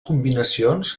combinacions